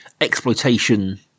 exploitation